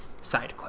SideQuest